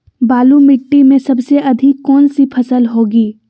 बालू मिट्टी में सबसे अधिक कौन सी फसल होगी?